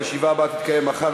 הישיבה הבאה תתקיים מחר,